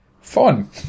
fun